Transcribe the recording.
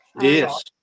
Yes